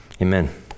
Amen